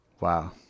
wow